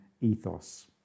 ethos